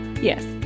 yes